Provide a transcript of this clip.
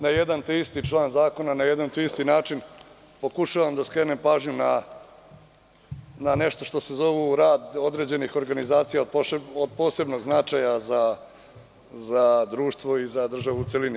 Na jedan te isti član zakona, na jedan te isti način pokušavam da skrenem pažnju na nešto što se zovu rad određenih organizacija od posebnog značaja za društvo i za državu u celini.